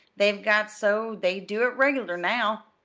they've got so they do it reg'lar now,